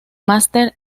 máster